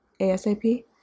ASAP